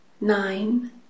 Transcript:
Nine